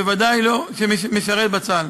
בוודאי לא שמשרת בצה״ל,